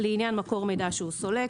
לעניין מקור מידע שהוא סולק,